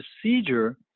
procedure